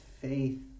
faith